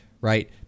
right